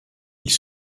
ils